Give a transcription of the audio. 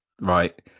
right